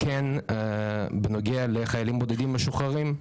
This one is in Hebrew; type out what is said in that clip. בנוגע לחיילים בודדים משוחררים,